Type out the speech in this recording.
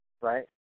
right